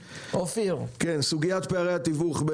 סוגית פערי התיווך: